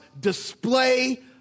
display